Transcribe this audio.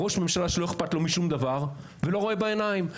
ראש הממשלה שלא אכפת לו משום דבר ולא רואה בעיניים.